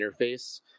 interface